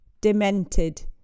Demented